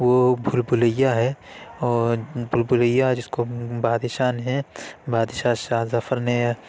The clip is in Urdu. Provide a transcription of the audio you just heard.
وہ بھول بھلیا ہے اور بھول بھلیا جس کو بہادر شاہ نے بادشاہ شاہ ظفر نے